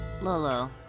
Lolo